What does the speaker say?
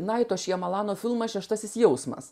naito šjemalano filmą šeštasis jausmas